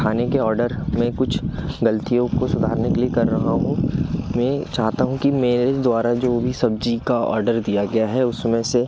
खाने के ऑडर में कुछ ग़लतियों को सुधारने के लिए कर रहा हूँ मैं चाहता हूँ कि मेरे द्वारा जो भी सब्ज़ी का ऑडर दिया गया है उसमें से